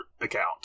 account